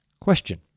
Question